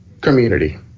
community